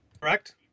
Correct